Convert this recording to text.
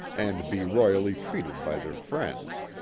and be royally treated by their friends.